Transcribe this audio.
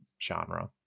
genre